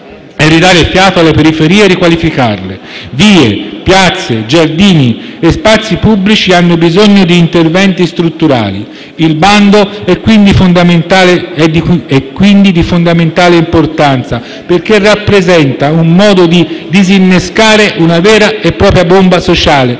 ridare fiato alle periferie e riqualificarle. Vie, piazze, giardini e spazi pubblici hanno bisogno di interventi strutturali. Il bando è quindi di fondamentale importanza, perché rappresenta un modo per disinnescare una vera e propria bomba sociale,